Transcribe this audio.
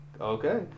Okay